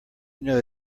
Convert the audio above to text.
know